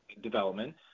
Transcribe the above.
development